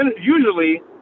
usually